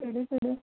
ਕਿਹੜੇ ਕਿਹੜੇ